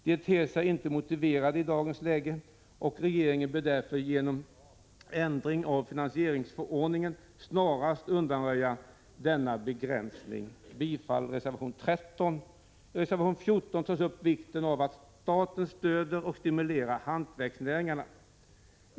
De ter sig inte motiverade i dagens läge, och regeringen bör därför genom en ändring i finansieringsordningen snarast undanröja denna begränsning. Jag yrkar bifall till reservation 13. I reservation 14 understryks vikten av att staten stöder och stimulerar hantverksnäringarna.